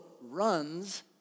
runs